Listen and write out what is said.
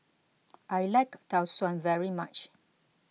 I like Tau Suan very much